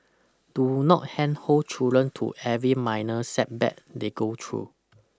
do not handhold children through every minor setback they go through